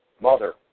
Mother